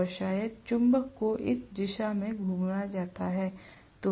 और शायद चुंबक को इस दिशा में घुमाया जाता है